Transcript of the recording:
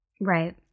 Right